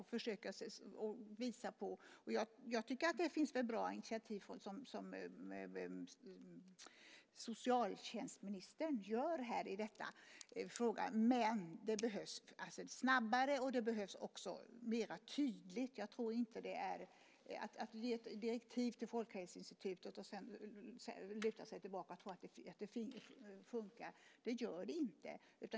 Och jag tycker att det finns bra initiativ från socialtjänstministern i denna fråga. Men det behövs snabbare och tydligare. Jag tror inte att man bara kan ge ett direktiv till Folkhälsoinstitutet och sedan luta sig tillbaka och tro att fungerar. Det gör det inte.